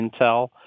Intel